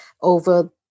over